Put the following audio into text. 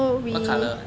what colour